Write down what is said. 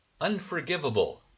Unforgivable